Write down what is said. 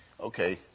Okay